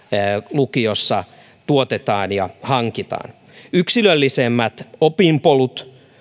lukiossa tuotetaan ja hankitaan yksilöllisemmät opinpolut